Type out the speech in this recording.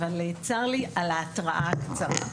אבל צר לי על ההתרעה הקצרה,